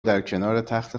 درکنارتخت